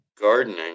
gardening